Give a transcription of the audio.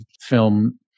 film